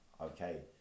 okay